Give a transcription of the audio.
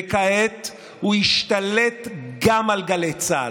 וכעת הוא השתלט גם על גלי צה"ל.